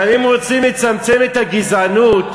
אבל אם רוצים לצמצם את הגזענות,